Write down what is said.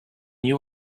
you